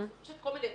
יש כל מיני אפשרויות.